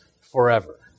forever